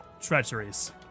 treacheries